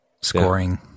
scoring